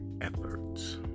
efforts